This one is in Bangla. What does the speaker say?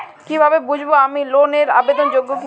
কীভাবে বুঝব আমি লোন এর আবেদন যোগ্য কিনা?